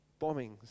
bombings